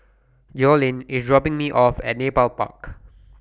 Jolene IS dropping Me off At Nepal Park